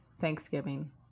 Thanksgiving